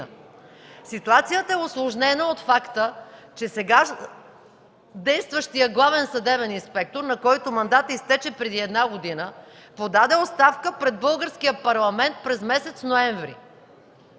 Ситуацията е усложнена от факта, че сега действащият главен съдебен инспектор, на който мандатът изтече преди една година, подаде оставка пред Българския парламент през месец ноември.